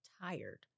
tired